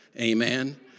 amen